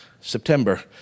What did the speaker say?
September